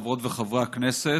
חברות וחברי הכנסת,